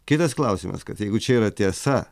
kitas klausimas kad jeigu čia yra tiesa